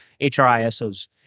HRISOs